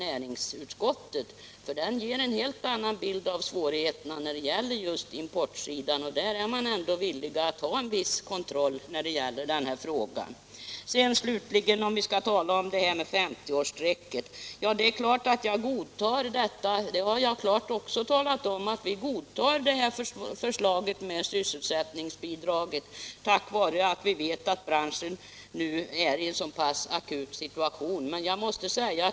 Näringsutskottet — Åtgärder för textilger en helt annan bild av svårigheterna när det gäller importsidan och = och konfektionsdär är man ändå villig att ha en viss kontroll. industrierna Slutligen, om 50-årsstrecket, så är det klart att jag godtar detta stöd därför att branschen nu är i en så akut situation. Det har jag klart talat om.